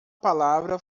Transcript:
palavra